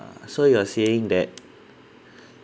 so you are saying that